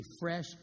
fresh